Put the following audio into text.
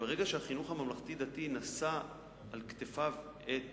שברגע שהחינוך הממלכתי-דתי נשא על כתפיו את